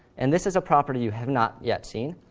and this is a property you have not yet seen,